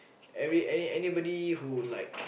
every any anybody who like